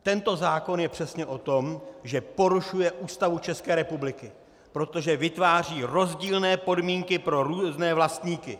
Tento zákon je přesně o tom, že porušuje Ústavu České republiky, protože vytváří rozdílné podmínky pro různé vlastníky!